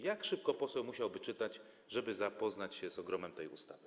Jak szybko poseł musiałby czytać, żeby zapoznać się z ogromem tej ustawy?